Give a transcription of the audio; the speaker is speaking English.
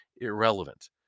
irrelevant